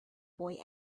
boy